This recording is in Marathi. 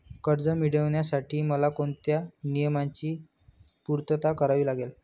कर्ज मिळविण्यासाठी मला कोणत्या नियमांची पूर्तता करावी लागेल?